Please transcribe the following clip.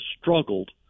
struggled